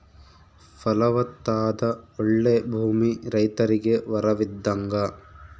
ಫಲವತ್ತಾದ ಓಳ್ಳೆ ಭೂಮಿ ರೈತರಿಗೆ ವರವಿದ್ದಂಗ